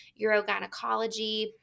urogynecology